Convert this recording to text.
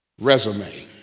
resume